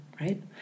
right